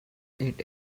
eat